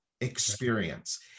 experience